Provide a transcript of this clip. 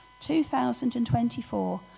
2024